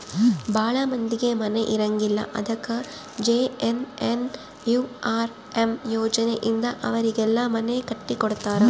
ಭಾಳ ಮಂದಿಗೆ ಮನೆ ಇರಂಗಿಲ್ಲ ಅದಕ ಜೆ.ಎನ್.ಎನ್.ಯು.ಆರ್.ಎಮ್ ಯೋಜನೆ ಇಂದ ಅವರಿಗೆಲ್ಲ ಮನೆ ಕಟ್ಟಿ ಕೊಡ್ತಾರ